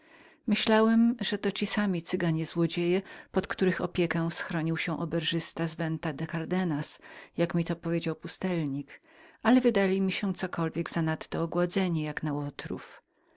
myślałem że to byli ci sami cyganie złodzieje pod których opiekę schronił się oberżysta z cardegnas jak mi to powiedział pustelnik ale wydali mi się cokolwiek zanadto wyświeżonymi jak na łotrów